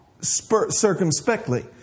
circumspectly